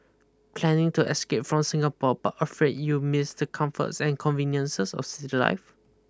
planning to escape from Singapore but afraid you'll miss the comforts and conveniences of city life